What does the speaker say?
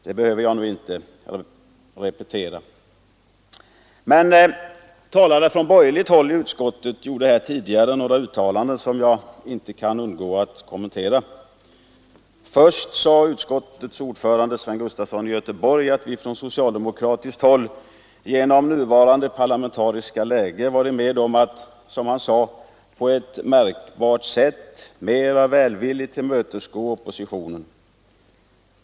Det behöver jag nu inte repetera. Men borgerliga ledamöter av utskottet har här gjort några uttalanden som jag inte kan underlåta att kommentera. Först sade utskottets ordförande Sven Gustafson i Göteborg att vi på socialdemokratiskt håll på grund av det nuvarande parlamentariska läget varit med om att, som han uttryckte sig, på ett märkbart sätt visa välvilligt tillmötesgående mot oppositionen.